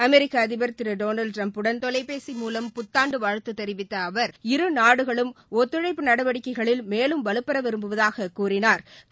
அமெரிக்க அதிபர் திரு டொனால்டு ட்டிரம்புடன் தொலைபேசி மூலம் புத்தாண்டு வாழ்த்து தெரிவித்த அவர் இருநாடுகளும் ஒத்துழைப்பு நடவடிக்கைகளில் மேலும் வலுப்பெற விரும்புவதாகக் கூறினாா்